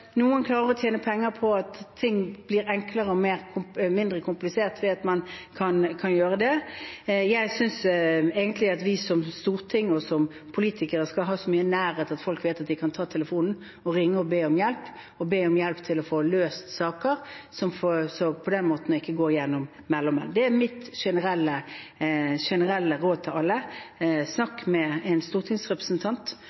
Noen klarer å tjene penger på at ting blir enklere og mindre komplisert ved at man kan gjøre det. Jeg synes egentlig at vi som storting og som politikere skal ha så mye nærhet at folk vet at de kan ta telefonen, ringe og be om hjelp til å få løst saker, og på den måten ikke gå gjennom mellommenn. Det er mitt generelle råd til alle: